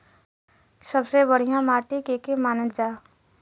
सबसे बढ़िया माटी के के मानल जा?